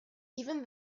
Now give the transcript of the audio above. even